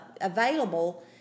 available